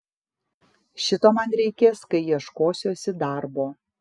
šito man reikės kai ieškosiuosi darbo